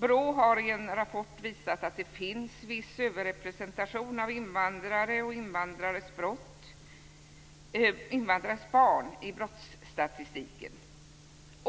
BRÅ har i en rapport visat att det finns viss överrepresentation av invandrare och invandrares barn i brottsstatistiken.